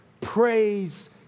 Praise